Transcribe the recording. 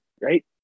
right